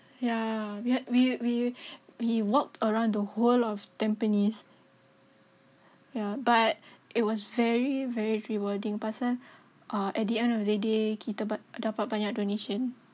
ya we we we we walked around the whole of Tampines ya but it was very very rewarding pasal uh at the end of the day kita dapat banyak donation